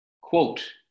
quote